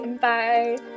bye